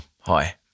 hi